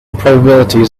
probabilities